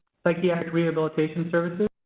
psychiatric rehabilitation services,